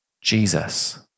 Jesus